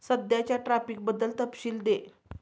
सध्याच्या ट्रॅफिकबद्दल तपशील दे